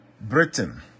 britain